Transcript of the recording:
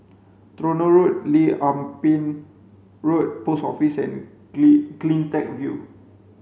Tronoh Road Lim Ah Pin Road Post Office Clean CleanTech View